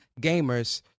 gamers